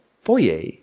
foyer